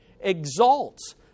exalts